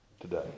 Today